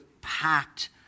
packed